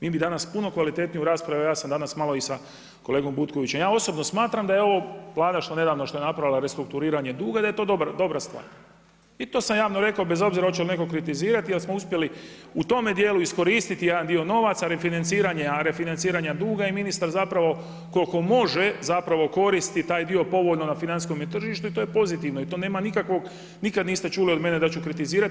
Mi bi danas puno kvalitetniju raspravu, evo ja sam danas malo i sa kolegom Butkovićem, ja osobno smatram da je ovo Vlada nedavno što je napravila restrukturiranje duga da je to dobra stvar i to sam javno rekao bez obzira hoće li netko kritizirati jer smo uspjeli u tome dijelu iskoristiti jedan dio novaca, refinanciranje duga i ministar zapravo koliko može zapravo koristi taj dio povoljno na financijskome tržištu i to je pozitivno i to nema nikakvog, nikada niste čuli od mene da ću kritizirati.